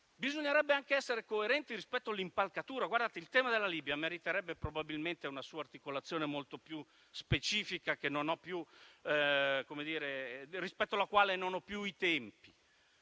bisognerebbe anche essere coerenti rispetto all'impalcatura. Il tema della Libia meriterebbe probabilmente una sua articolazione molto più specifica, ma non ne ho il tempo.